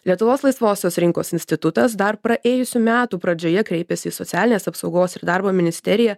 lietuvos laisvosios rinkos institutas dar praėjusių metų pradžioje kreipėsi į socialinės apsaugos ir darbo ministeriją